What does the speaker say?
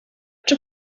czy